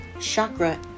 Chakra